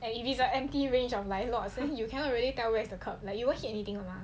and if it's a empty range of like lot you can't really tell where is the curb like you won't see anything